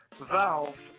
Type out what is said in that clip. Valve